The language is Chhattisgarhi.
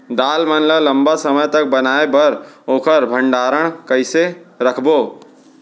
दाल मन ल लम्बा समय तक बनाये बर ओखर भण्डारण कइसे रखबो?